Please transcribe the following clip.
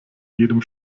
jedem